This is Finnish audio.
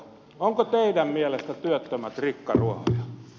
ovatko teidän mielestänne työttömät rikkaruohoja